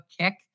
kick